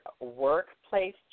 workplace